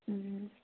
ꯎꯝ